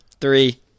Three